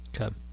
Okay